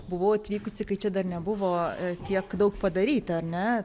buvau atvykusi kai čia dar nebuvo tiek daug padaryta ar ne